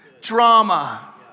drama